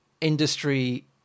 industry